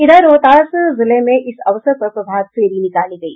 इधर रोहतास जिले में इस अवसर पर प्रभात फेरी निकाली गयी